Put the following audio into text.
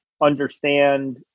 understand